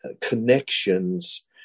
Connections